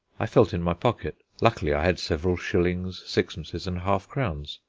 i felt in my pocket. luckily i had several shillings, sixpences and half-crowns.